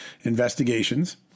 investigations